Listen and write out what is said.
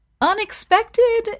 unexpected